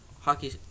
hockey